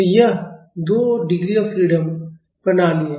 तो यह दो डिग्री ऑफ फ्रीडम प्रणाली है